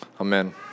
Amen